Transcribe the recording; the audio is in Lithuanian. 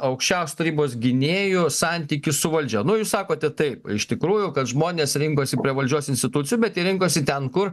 aukščiausios tarybos gynėjų santykis su valdžia nu jūs sakote taip iš tikrųjų kad žmonės rinkosi prie valdžios institucijų bet jie rinkosi ten kur